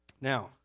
Now